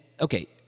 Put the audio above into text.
okay